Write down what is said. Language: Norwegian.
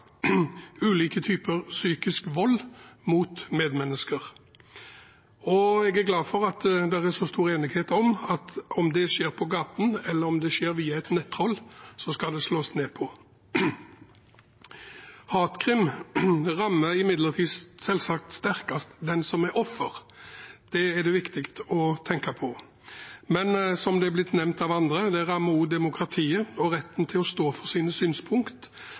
ulike typer psykisk vold mot medmennesker – og jeg er glad for at det er så stor enighet om at om det skjer på gaten, eller om det skjer via et nett-troll, skal det slås ned på. Hatkriminalitet rammer imidlertid selvsagt sterkest den som er offer. Det er det viktig å tenke på. Men det rammer også, som det er blitt nevnt av andre, demokratiet og retten til å stå for sine synspunkt